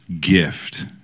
gift